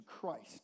Christ